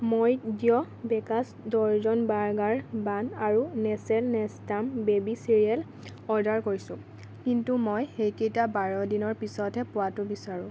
মই the bakers dozen burger bun আৰু Nestle Nestum baby cereal order কৰিছোঁ কিন্তু মই সেইকেইটা বাৰ দিনৰ পিছতহে পোৱাটো বিচাৰোঁ